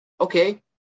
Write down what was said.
okay